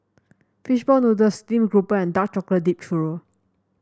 fish ball noodles stream grouper and Dark Chocolate Dipped Churro